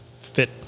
fit